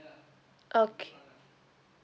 okay